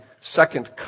second